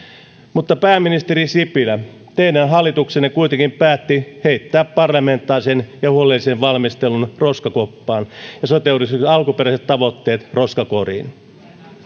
mutta pääministeri sipilä teidän hallituksenne kuitenkin päätti heittää parlamentaarisen ja huolellisen valmistelun roskakoppaan ja sote uudistuksen alkuperäiset tavoitteet roskakoriin